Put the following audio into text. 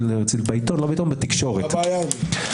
מה הבעיה עם זה?